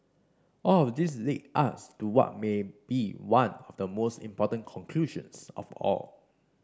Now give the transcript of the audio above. all of this lead us to what may be one of the most important conclusions of all